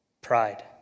pride